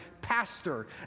pastor